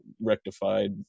rectified